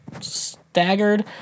staggered